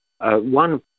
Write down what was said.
one